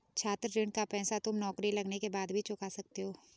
छात्र ऋण का पैसा तुम नौकरी लगने के बाद भी चुका सकते हो